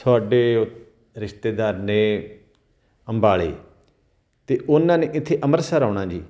ਤੁਹਾਡੇ ਉਹ ਰਿਸ਼ਤੇਦਾਰ ਨੇ ਅੰਬਾਲੇ ਅਤੇ ਉਹਨਾਂ ਨੇ ਇੱਥੇ ਅੰਮ੍ਰਿਤਸਰ ਆਉਣਾ ਜੀ